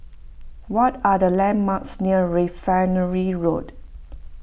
what are the landmarks near Refinery Road